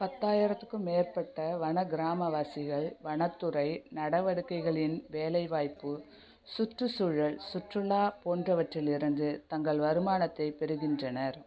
பத்தாயிரத்துக்கும் மேற்பட்ட வன கிராம வாசிகள் வனத்துறை நடவடிக்கைகளின் வேலைவாய்ப்பு சுற்றுச்சூழல் சுற்றுலா போன்றவற்றிலிருந்து தங்கள் வருமானத்தைப் பெறுகின்றனர்